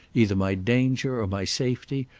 either my danger or my safety,